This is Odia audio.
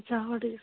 ଆଚ୍ଛା ହଉ ଠିକ୍